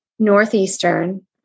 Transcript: Northeastern